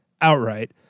outright